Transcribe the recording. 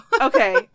Okay